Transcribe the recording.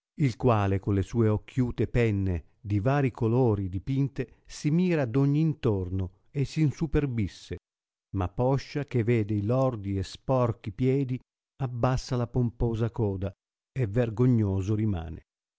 il quale con le sue occhiute penne di vari colori dipinte si mira d ogni intorno e s insuperbisse ma poscia che vede i loi di e sporchi piedi abbassa la pomposa coda e vergognoso rimane